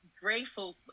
grateful